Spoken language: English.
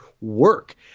work